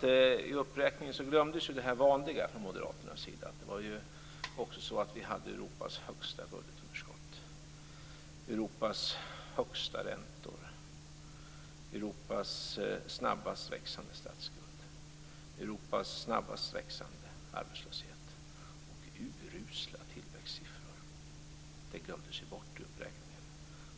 Men i uppräkningen glömdes det vanliga från Moderaternas sida. Vi hade ju också Europas högsta budgetunderskott, Europas högsta räntor, Europas snabbast växande statsskuld, Europas snabbast växande arbetslöshet och urusla tillväxtsiffror. Det glömdes bort i uppräkningen.